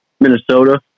Minnesota